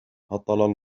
هطل